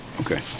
okay